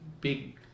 big